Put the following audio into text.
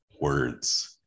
words